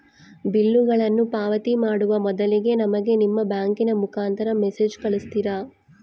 ಬಿಲ್ಲುಗಳನ್ನ ಪಾವತಿ ಮಾಡುವ ಮೊದಲಿಗೆ ನಮಗೆ ನಿಮ್ಮ ಬ್ಯಾಂಕಿನ ಮುಖಾಂತರ ಮೆಸೇಜ್ ಕಳಿಸ್ತಿರಾ?